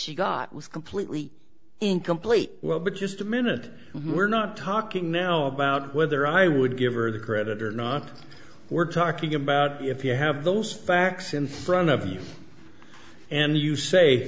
she got was completely incomplete well but just a minute we're not talking now about whether i would give her the creditor not we're talking about if you have those facts in front of you and you say